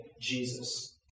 Jesus